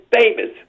famous